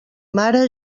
mare